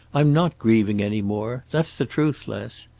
i'm not grieving any more. that's the truth, les.